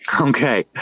Okay